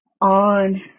on